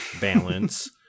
balance